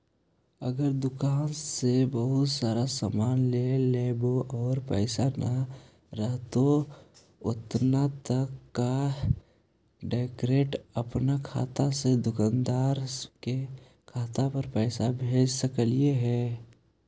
अगर दुकान से बहुत सारा सामान ले लेबै और पैसा न रहतै उतना तब का डैरेकट अपन खाता से दुकानदार के खाता पर पैसा भेज सकली हे?